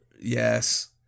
Yes